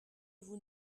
vous